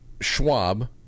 Schwab